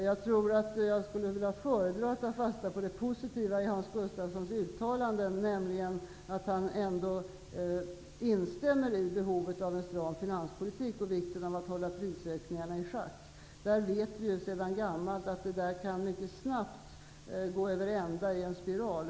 Jag tror att jag föredrar att ta fasta på det positiva i Hans Gustafssons uttalande, nämligen att han ändå instämmer i behovet av en stram finanspolitik och vikten av att hålla prisökningarna i schack. Vi vet sedan gammalt att det annars mycket snabbt kan gå över ända i en spiral.